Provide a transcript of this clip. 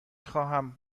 خواهم